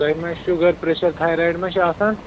تۅہہِ ما sugar pressure thyroid ما چھُو آسان